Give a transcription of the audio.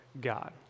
God